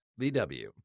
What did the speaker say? VW